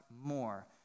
more